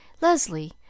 Leslie